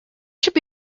should